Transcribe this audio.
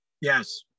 yes